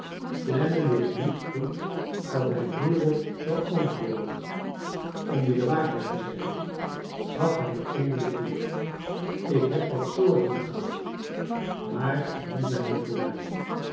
clennam wist niet goed wat hij hierop zou antwoorden om je de waarheid te zeggen gaf hij eindelijk toe ik heb wat zorgen gehad maar die zijn nu voorbij